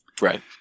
right